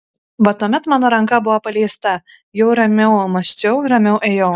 va tuomet mano ranka buvo paleista jau ramiau mąsčiau ramiau ėjau